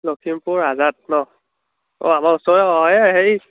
লখিমপুৰ আজাদ ন অঁ আমাৰ ওচৰৰ অঁ এই হেৰি